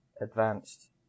advanced